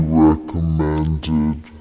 recommended